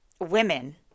Women